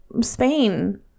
Spain